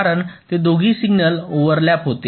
कारण ते दोन्ही सिग्नल ओव्हरलॅप होते